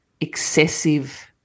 excessive